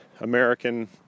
American